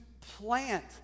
plant